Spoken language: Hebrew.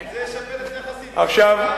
זה שווה, יותר, אתה יודע.